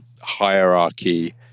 hierarchy